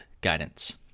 guidance